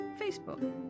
Facebook